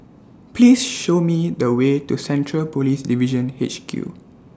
Please Show Me The Way to Central Police Division H Q